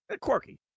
quirky